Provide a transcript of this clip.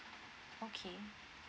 okay